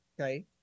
Okay